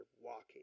walking